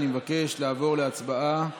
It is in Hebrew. אני מבקש לעבור להצבעה